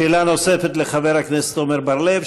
שאלה נוספת לחבר הכנסת עמר בר-לב.